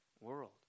world